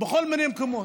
בכל מיני מקומות.